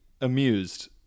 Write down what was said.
amused